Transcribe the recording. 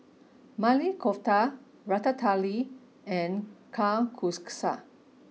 Maili Kofta Ratatouille and Kalguksu